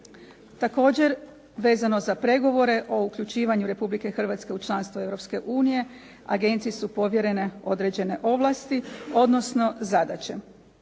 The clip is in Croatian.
Također vezano za pregovore o uključivanje Republike Hrvatske u članstvo Europske unije agenciji su povjerene određene ovlasti odnosno zadaće.